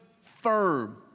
firm